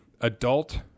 adult